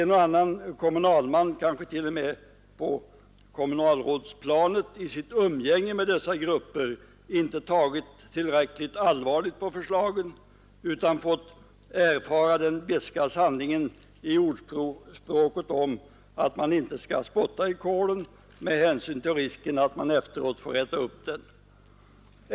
En och annan kommunalman, kanske t.o.m. på kommunalrådsplanet, har i sitt umgänge med dessa grupper inte tagit tillräckligt allvarligt på förslagen utan fått erfara den beska sanningen i ordspråket, att man inte bör spotta i kålen med hänsyn till risken att man efteråt kan få äta upp den.